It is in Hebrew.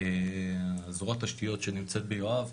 זרוע תשתיות שנמצאת ביואב,